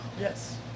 Yes